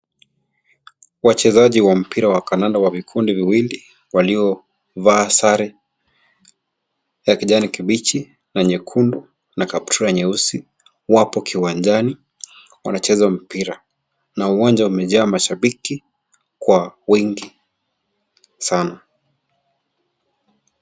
Wachezaji wa mpira wa kandanda wa vikundi viwili waliovaa sare ya kijani kibichi na nyekundu na kaptura nyeusi wapo kiwanjani wanacheza mpira na uwanja umejaa mashabiki kwa wingi sana.